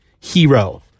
hero